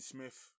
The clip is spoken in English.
Smith